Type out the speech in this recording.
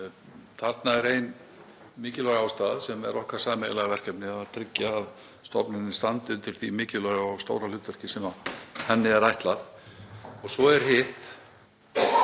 Þarna er ein mikilvæg ástæða, sem er okkar sameiginlega verkefni að tryggja að stofnunin standi undir því mikilvæga og stóra hlutverki sem henni er ætlað. Af því að hv.